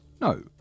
No